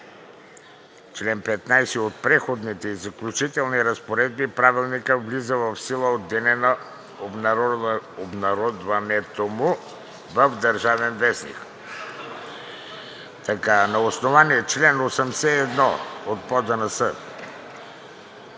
чл. 15 от Преходните и заключителни разпоредби Правилникът влиза в сила от деня на обнародването му в „Държавен вестник“. – На основание чл. 81 от Правилника